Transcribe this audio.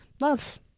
love